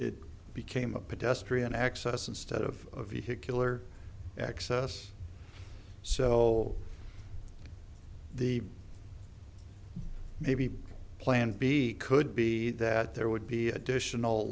it became a pedestrian access instead of vehicular access so the maybe plan b could be that there would be additional